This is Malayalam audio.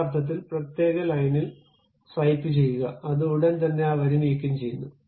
ആ അർത്ഥത്തിൽ പ്രത്യേക ലൈനിൽ സ്വൈപ്പുചെയ്യുക അത് ഉടൻ തന്നെ ആ വരി നീക്കംചെയ്യുന്നു